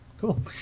Cool